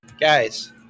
guys